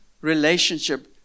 relationship